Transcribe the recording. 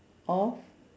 of